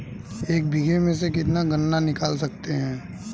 एक बीघे में से कितना गन्ना निकाल सकते हैं?